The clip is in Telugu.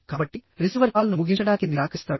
కాబట్టిరిసీవర్ కాల్ను ముగించడానికి నిరాకరిస్తాడు